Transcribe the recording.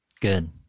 Good